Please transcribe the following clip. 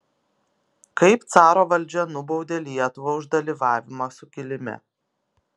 kaip caro valdžia nubaudė lietuvą už dalyvavimą sukilime